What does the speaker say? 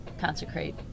consecrate